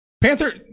Panther